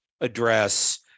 address